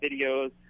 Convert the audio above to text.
videos